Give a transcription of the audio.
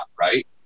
right